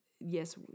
yes